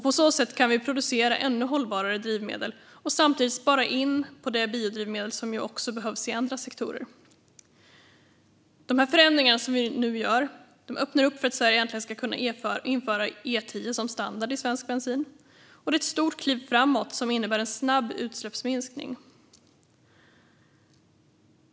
På så sätt kan vi producera ännu hållbarare drivmedel och samtidigt spara in på det biodrivmedel som behövs även i andra sektorer. De förändringar som vi nu gör öppnar upp för att Sverige äntligen ska kunna införa E10 som standard för svensk bensin. Det är ett stort kliv framåt som innebär en snabb utsläppsminskning. Herr ålderspresident!